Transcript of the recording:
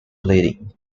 bleeding